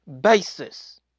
basis